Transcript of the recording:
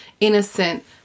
innocent